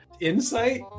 Insight